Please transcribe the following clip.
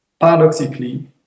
paradoxically